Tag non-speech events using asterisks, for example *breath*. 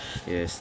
*breath* yes